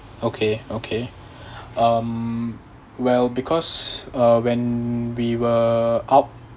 okay okay um well because uh when we were out